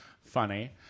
funny